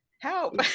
Help